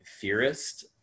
theorist